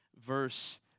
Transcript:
verse